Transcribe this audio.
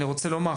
אני רוצה לומר,